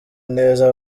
neza